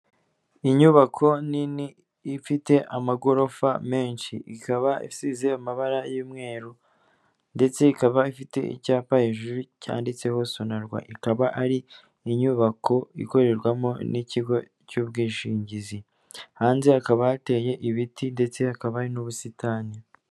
Inyubako nini ifite amagorofa menshi, ikaba isize amabara y'umweru ndetse ikaba ifite icyapa hejuru cyanditseho Sonarwa; ikaba ari inyubako ikorerwamo n'ikigo cy'ubwishingizi. Hanze hakaba hateye ibiti ndetse hakaba hari n'ubusitani.